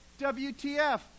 WTF